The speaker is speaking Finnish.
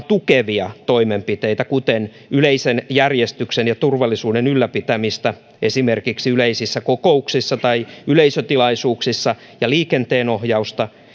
tukevia toimenpiteitä kuten yleisen järjestyksen ja turvallisuuden ylläpitämistä esimerkiksi yleisissä kokouksissa tai yleisötilaisuuksissa ja liikenteenohjausta